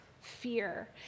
fear